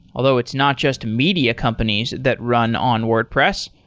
although it's not just media companies that run on wordpress.